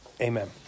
Amen